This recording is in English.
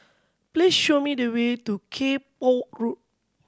please show me the way to Kay Poh Road